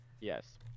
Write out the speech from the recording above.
yes